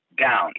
down